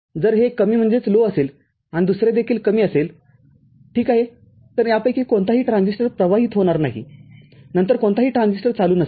जर हे कमी असेल आणि दुसरे देखील कमी असेल ठीक आहे तर यापैकी कोणताही ट्रान्झिस्टर प्रवाहित होत नाही नंतरकोणताही ट्रान्झिस्टरचालू नसेल